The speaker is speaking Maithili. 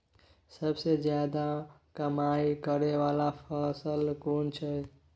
सबसे ज्यादा कमाई करै वाला फसल कोन छै?